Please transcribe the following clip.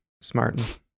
smart